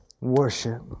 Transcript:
worship